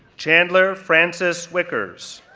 chandler frances wickers,